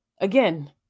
Again